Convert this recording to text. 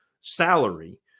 salary